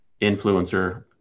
influencer